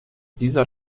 dieser